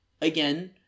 again